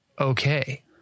okay